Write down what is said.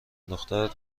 دخترت